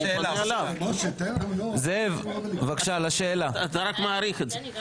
אתה רק מאריך את זה.